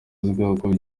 uzwiho